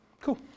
Cool